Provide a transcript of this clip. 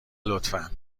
لطفا